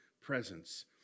presence